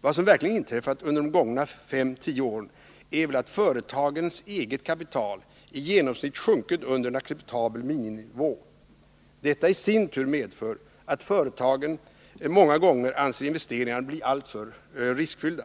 Vad som verkligen inträffat under de gångna fem tio åren är att företagens eget kapital i genomsnitt sjunkit under en acceptabel miniminivå. Detta i sin tur medför att företagen många gånger anser investeringarna bli för riskfyllda.